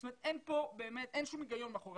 זאת אומרת אין שום היגיון מאחורי